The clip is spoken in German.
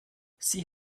sie